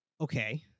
Okay